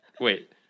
Wait